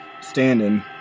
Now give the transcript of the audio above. standing